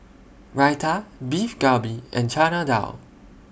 Raita Beef Galbi and Chana Dal